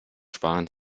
sparen